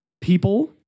people